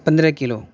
پندرہ کلو